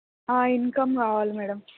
income కావాలి madam